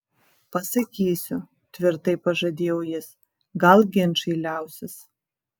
pasakysiu tvirtai pažadėjo jis gal ginčai liausis